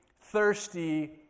thirsty